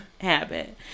habit